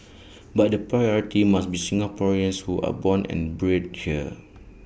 but the priority must be Singaporeans who are born and bred here